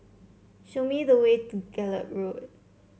show me the way to Gallop Road